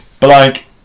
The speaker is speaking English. blank